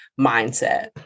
mindset